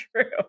true